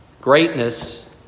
Greatness